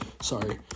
Sorry